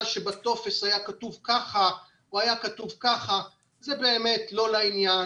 שבטופס היה כתוב ככה או היה כתוב ככה זה באמת לא לעניין,